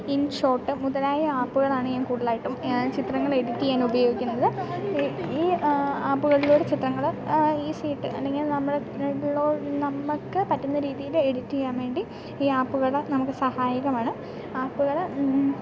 InShot മുതലായ ആപ്പുകളാണ് ഞാൻ കൂടുതലായിട്ടും ചിത്രങ്ങളെ എഡിറ്റ് ചെയ്യാനുപയോഗിക്കുന്നത് ഈ ആപ്പുകളിലൂടെ ചിത്രങ്ങൾ ഈസിയായിട്ട് അല്ലെങ്കിൽ നമ്മൾ നമ്മളോ നമുക്ക് പറ്റുന്ന രീതിയിൽ എഡിറ്റ് ചെയ്യാൻ വേണ്ടി ഈ ആപ്പുകൾ നമുക്ക് സഹായകമാണ് ആപ്പുകൾ